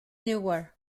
newark